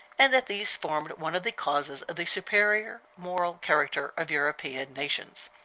and that these formed one of the causes of the superior moral character of european nations.